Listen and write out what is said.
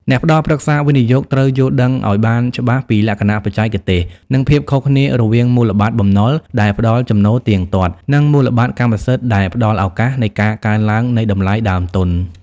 អ្នកផ្ដល់ប្រឹក្សាវិនិយោគត្រូវយល់ដឹងឱ្យបានច្បាស់ពីលក្ខណៈបច្ចេកទេស និងភាពខុសគ្នារវាងមូលបត្របំណុលដែលផ្ដល់ចំណូលទៀងទាត់ និងមូលបត្រកម្មសិទ្ធិដែលផ្ដល់ឱកាសនៃការកើនឡើងនៃតម្លៃដើមទុន។